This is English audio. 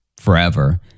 forever